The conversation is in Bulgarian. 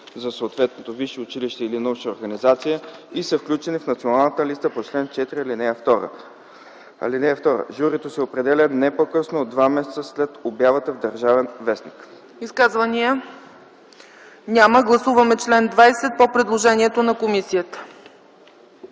за съответното висше училище или научна организация и са включени в Националната листа по чл. 4, ал. 2. (2) Журито се определя не по-късно от два месеца след обявата в „Държавен вестник”.” ПРЕДСЕДАТЕЛ ЦЕЦКА ЦАЧЕВА: Изказвания? Няма. Гласуваме чл. 20 по предложението на комисията.